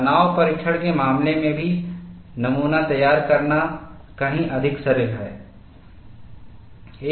तनाव परीक्षण के मामले में भी नमूना तैयार करना कहीं अधिक सरल है